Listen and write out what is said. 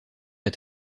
est